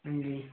हां जी हां जी